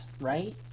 right